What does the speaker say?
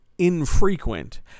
infrequent